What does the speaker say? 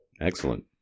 excellent